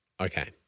Okay